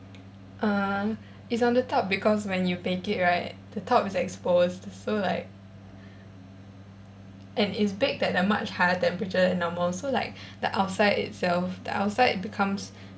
err it's on the top because when you bake it right the top is exposed so like and it's baked at a much higher temperature than normal so like the outside itself the outside becomes